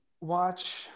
watch